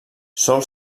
sòl